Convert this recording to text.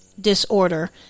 disorder